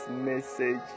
message